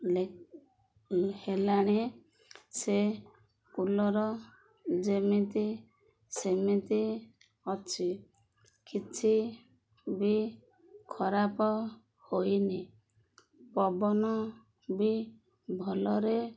ଲେ ହେଲାଣି ସେ କୁଲର ଯେମିତି ସେମିତି ଅଛି କିଛି ବି ଖରାପ ହୋଇନି ପବନ ବି ଭଲରେ